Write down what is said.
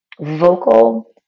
vocal